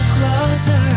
Closer